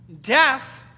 death